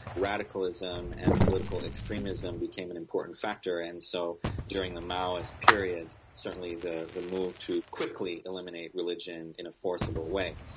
radicalism and political extremism became an important factor and so during the maoist period certainly the the move to quickly eliminate religion in a forcible way.